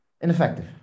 ineffective